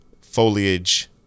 foliage